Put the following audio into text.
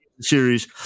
series